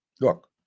Look